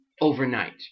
overnight